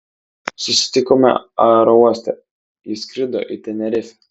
susitikome aerouoste ji skrido į tenerifę